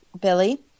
Billy